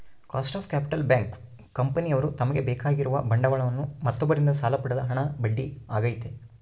cost of capital bank, ಕಂಪನಿಯವ್ರು ತಮಗೆ ಬೇಕಾಗಿರುವ ಬಂಡವಾಳವನ್ನು ಮತ್ತೊಬ್ಬರಿಂದ ಸಾಲ ಪಡೆದ ಹಣ ಬಡ್ಡಿ ಆಗೈತೆ